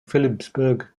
phillipsburg